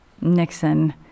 Nixon